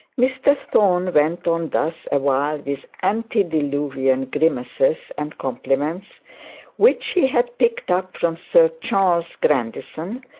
mr thorne went on thus awhile, with antediluvian grimaces and compliments which he had picked up from sir charles grandison,